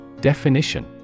Definition